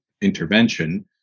intervention